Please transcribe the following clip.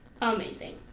Amazing